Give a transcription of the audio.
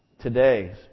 today